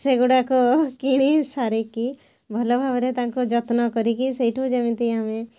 ସେଗୁଡ଼ାକ କିଣି ସାରିକି ଭଲ ଭାବରେ ତାଙ୍କୁ ଯତ୍ନ କରିକି ସେଇଠୁ ଯେମିତି ଆମେ